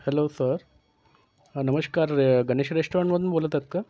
hello sir हां नमस्कार गणेश रेश्टॉरंटमधून बोलत आहात का